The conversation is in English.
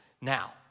now